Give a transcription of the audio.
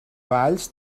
valls